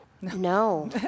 No